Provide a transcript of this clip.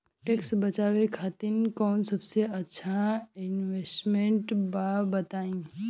Tax बचावे खातिर कऊन सबसे अच्छा इन्वेस्टमेंट बा बताई?